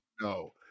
no